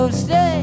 stay